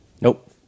Nope